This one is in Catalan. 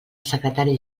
secretari